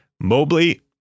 Mobley